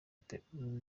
peteroli